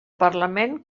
parlament